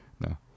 No